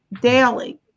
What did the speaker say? daily